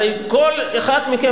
הרי כל אחד מכם,